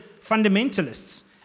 fundamentalists